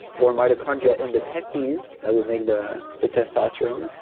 or mitochondria in the testes that would make the the testosterone,